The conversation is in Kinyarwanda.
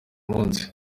munsi